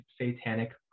satanic